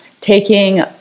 taking